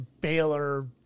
Baylor